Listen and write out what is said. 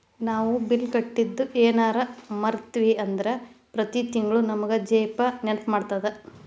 ನಾವು ಬಿಲ್ ಕಟ್ಟಿದ್ದು ಯೆನರ ಮರ್ತ್ವಿ ಅಂದ್ರ ಪ್ರತಿ ತಿಂಗ್ಳು ನಮಗ ಜಿ.ಪೇ ನೆನ್ಪ್ಮಾಡ್ತದ